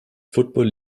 football